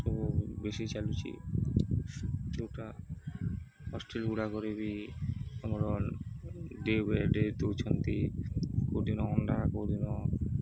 ସବୁ ବେଶୀ ଚାଲୁଛି ଯେଉଁଟା ହଷ୍ଟେଲ୍ଗୁଡ଼ାକରେ ବି ଆମର ଡ଼େ ବାଇ ଡ଼େ ଦେଉଛନ୍ତି କେଉଁଦିନ ଅଣ୍ଡା କେଉଁଦିନ